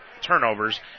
turnovers